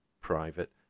private